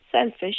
selfish